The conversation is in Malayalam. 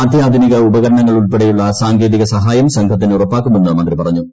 അത്യാധുനിക ഉപകരണങ്ങൾ ഉൾപ്പെടെയുള്ള സാങ്കേതിക സഹായം സംഘത്തിന് ഉറപ്പാക്കുമെന്ന് മന്ത്രി പറഞ്ഞു